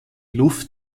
luft